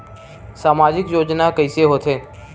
सामजिक योजना कइसे होथे?